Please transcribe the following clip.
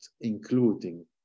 including